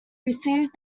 received